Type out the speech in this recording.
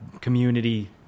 community